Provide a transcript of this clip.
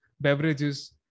beverages